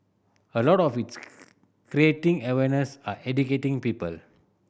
a lot of its creating awareness and educating people